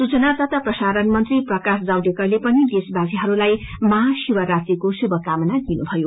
सूचवना तथा प्रसाारण मंत्री प्रकाश जावड़ेकरले पनि देशवासीहरूलाई महाशिवरात्रिको शुभकामना दिनुभयो